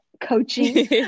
coaching